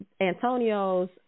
Antonio's